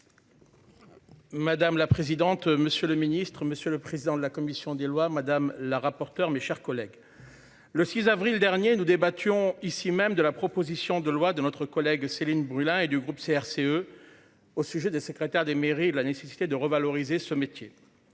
Madame la présidente. Monsieur le Ministre, monsieur le président de la commission des lois. Madame la rapporteure, mes chers collègues. Le 6 avril dernier nous débattions ici même de la proposition de loi de notre collègue Céline Brulin, et du groupe CRCE. Au sujet des secrétaires de mairie, de la nécessité de revaloriser ce métier.